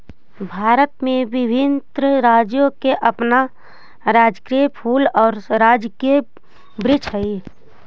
भारत में विभिन्न राज्यों का अपना राजकीय फूल और राजकीय वृक्ष हई